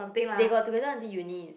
they got together until uni is it